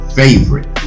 favorite